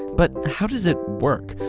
but how does it work?